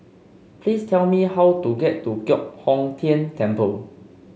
please tell me how to get to Giok Hong Tian Temple